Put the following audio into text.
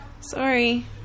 Sorry